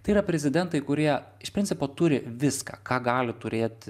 tai yra prezidentai kurie iš principo turi viską ką gali turėti